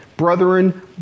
Brethren